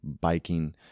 biking